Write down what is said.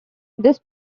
this